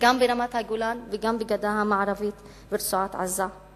גם ברמת-הגולן, וגם בגדה המערבית וברצועת-עזה.